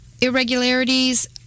irregularities